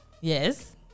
Yes